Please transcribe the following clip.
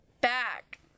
back